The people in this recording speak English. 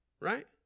Right